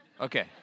okay